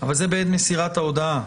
אבל זה בעת מסירת ההודעה.